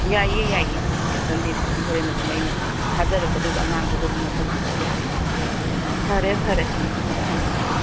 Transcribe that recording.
ꯌꯥꯏꯌꯦ ꯌꯥꯏꯌꯦ cash on delivery ꯍꯣꯔꯦꯟ ꯑꯗꯨꯝ ꯑꯩꯅ ꯊꯥꯖꯔꯛꯀꯗꯣꯏꯕ ꯑꯉꯥꯡꯗꯨꯗ ꯑꯗꯨꯝ ꯇꯧꯕꯤꯔꯛꯑ ꯌꯥꯔꯦ ꯐꯔꯦ ꯐꯔꯦ ꯎꯝ ꯊꯝꯃꯦ ꯊꯝꯃꯦ